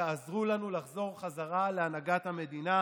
תעזרו לנו לחזור חזרה להנהגת המדינה,